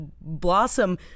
blossom